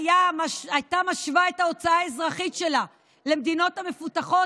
הייתה משווה את ההוצאה האזרחית שלה למדינות המפותחות,